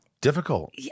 Difficult